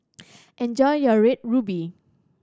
enjoy your Red Ruby